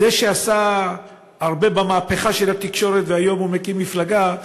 זה שעשה הרבה במהפכה של התקשורת והיום הוא מקים מפלגה,